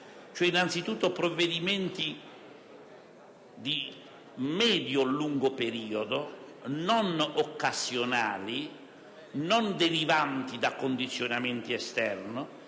si tratta di provvedimenti di medio o lungo periodo, non occasionali, non derivanti da condizionamenti esterni